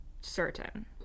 certain